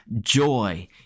joy